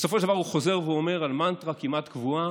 בסופו של דבר הוא חוזר ואומר מנטרה כמעט קבועה,